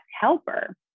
helper